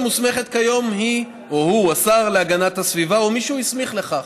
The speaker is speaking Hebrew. הרשות המוסמכת כיום היא או השר להגנת הסביבה או מי שהוא הסמיך לכך.